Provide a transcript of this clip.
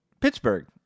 Pittsburgh